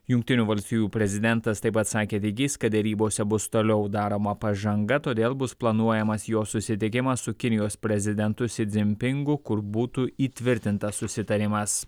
jungtinių valstijų prezidentas taip pat sakė dygys kad derybose bus toliau daroma pažanga todėl bus planuojamas jo susitikimas su kinijos prezidentu si dzin pingu kur būtų įtvirtintas susitarimas